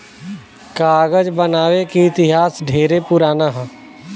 कागज बनावे के इतिहास ढेरे पुरान ह